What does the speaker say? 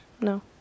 No